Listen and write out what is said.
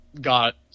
got